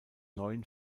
neuen